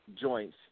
joints